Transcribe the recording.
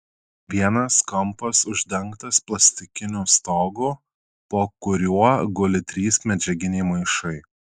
vienas kampas uždengtas plastikiniu stogu po kuriuo guli trys medžiaginiai maišai